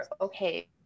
Okay